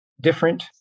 different